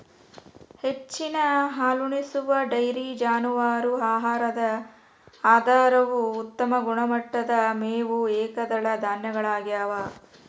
ಹೆಚ್ಚಿನ ಹಾಲುಣಿಸುವ ಡೈರಿ ಜಾನುವಾರು ಆಹಾರದ ಆಧಾರವು ಉತ್ತಮ ಗುಣಮಟ್ಟದ ಮೇವು ಏಕದಳ ಧಾನ್ಯಗಳಗ್ಯವ